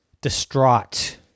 distraught